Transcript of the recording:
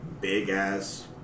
big-ass